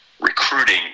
recruiting